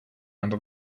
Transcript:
under